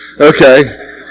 Okay